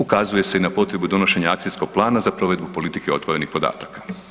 Ukazuje se i na potrebu donošenja akcijskog plana za provedbu politike otvorenih podataka.